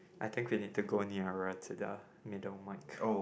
I think we need to go nearer to the middle mic